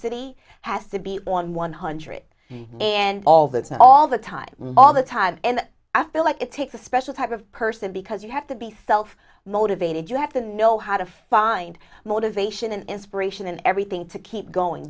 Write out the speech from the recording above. tenacity has to be on one hundred and all that all the time all the time and i feel like it takes a special type of person because you have to be felt motivated you have to know how to find motivation and inspiration and everything to keep going